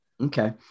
Okay